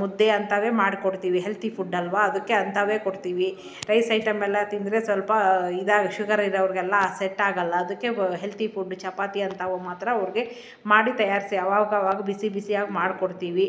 ಮುದ್ದೆ ಅಂಥವೇ ಮಾಡ್ಕೊಡ್ತೀವಿ ಹೆಲ್ತಿ ಫುಡ್ಡ್ ಅಲ್ವಾ ಅದಕ್ಕೆ ಅಂಥವೆ ಕೊಡ್ತೀವಿ ರೈಸ್ ಐಟೆಮ್ ಎಲ್ಲ ತಿಂದರೆ ಸ್ವಲ್ಪ ಇದಾಗಿ ಶುಗರ್ ಇರೋವ್ರ್ಗೆಲ್ಲ ಸೆಟ್ ಆಗಲ್ಲ ಅದಕ್ಕೆ ಹೆಲ್ತಿ ಫುಡ್ಡ್ ಚಪಾತಿ ಅಂಥವು ಮಾತ್ರ ಅವ್ರಿಗೆ ಮಾಡಿ ತಯಾರಿಸಿ ಅವಾಗಾವಾಗ ಬಿಸಿ ಬಿಸಿಯಾಗಿ ಮಾಡಿಕೊಡ್ತೀವಿ